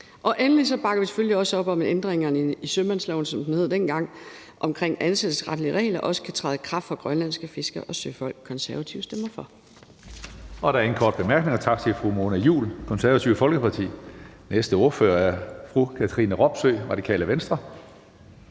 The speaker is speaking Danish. Endelig bakker vi selvfølgelig også op om ændringerne i sømandsloven, som den hed dengang, om, at ansættelsesretlige regler også kan træde i kraft for grønlandske fiskere og søfolk. Konservative stemmer for. Kl. 12:50 Tredje næstformand (Karsten Hønge): Der er ingen korte bemærkninger. Tak til fru Mona Juul, Det Konservative Folkeparti. Den næste ordfører er fru Katrine Robsøe, Radikale Venstre.